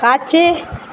காட்சி